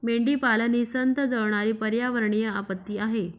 मेंढीपालन ही संथ जळणारी पर्यावरणीय आपत्ती आहे